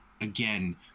again